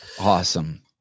Awesome